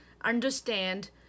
understand